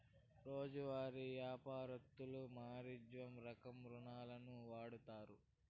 రోజువారీ యాపారత్తులు మార్జిన్ రకం రుణాలును వాడుతారు